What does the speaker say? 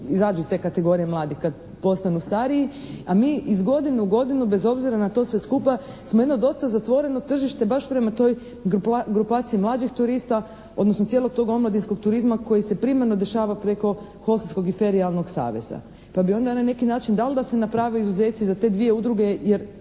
iz te kategorije mladih, kad postanu stariji. A mi iz godine u godinu bez obzira na to sve skupa smo jedno dosta zatvoreno tržište baš prema toj grupaciji mlađih turista odnosno cijelog tog omladinskog turizma koji se primarno dešava prema hostelskog i ferijalnog saveza. Pa bi onda na neki način da li da se naprave neki izuzeci za te dvije udruge jer